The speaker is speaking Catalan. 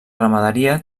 ramaderia